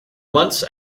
months